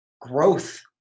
Growth